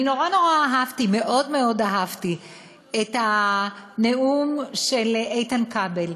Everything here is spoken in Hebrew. אני מאוד מאוד אהבתי את הנאום של איתן כבל,